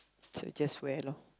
so just wear lor